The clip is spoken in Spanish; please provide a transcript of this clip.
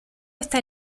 está